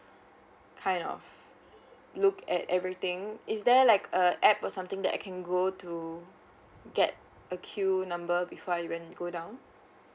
kind of look at everything is there like a app or something that I can go to get a queue number before I went go down